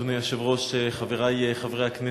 אדוני היושב-ראש, חברי חברי הכנסת,